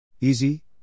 Easy